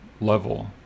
level